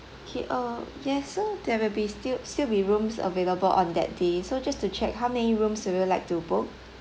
okay uh yes so there will be still still be rooms available on that day so just to check how many rooms will you like to book